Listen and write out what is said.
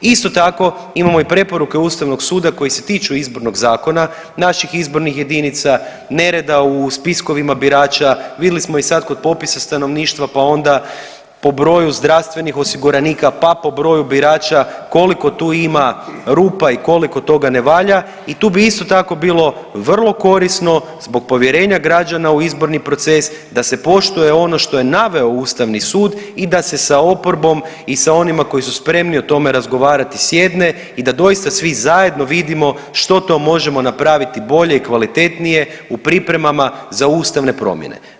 Isto tako, imamo i preporuke Ustavnog suda koji se tiču Izbornog zakona, naših izbornih jedinica, nereda u spiskovima birača, vidli smo i sad kod popisa stanovništva pa onda po broju zdravstvenih osiguranika, pa po broju birača, koliko tu ima rupa i koliko toga ne valja i tu bi isto tako bilo vrlo korisno zbog povjerenja građana u izborni proces da se poštuje ono što je naveo Ustavni sud i da se sa oporbom i sa onima koji su spremni o tome razgovarati sjedne i da doista svi zajedno vidimo što to možemo napraviti bolje i kvalitetnije u pripremama za ustavne promjene.